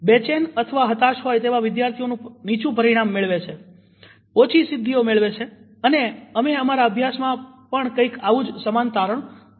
બેચેન અથવા હતાશ હોય તેવા વિદ્યાર્થીઓ નીચું પરિણામ મેળવે છે ઓછી સિદ્ધિઓ મેળવે છે અને અમે અમારા અભ્યાસમાં પણ કંઇક આવું જ સમાન તારણ જોયું છે